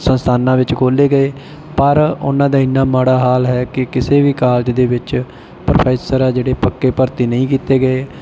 ਸੰਸਥਾਨਾਂ ਵਿੱਚ ਖੋਲ੍ਹੇ ਗਏ ਪਰ ਉਹਨਾਂ ਦਾ ਇੰਨਾਂ ਮਾੜਾ ਹਾਲ ਹੈ ਕਿ ਕਿਸੇ ਵੀ ਕਾਲਜ ਦੇ ਵਿੱਚ ਪ੍ਰੋਫੈਸਰ ਆ ਜਿਹੜੇ ਪੱਕੇ ਭਰਤੀ ਨਹੀਂ ਕੀਤੇ ਗਏ